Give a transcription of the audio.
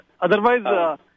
otherwise